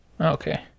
Okay